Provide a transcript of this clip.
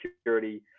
security